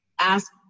ask